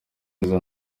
izo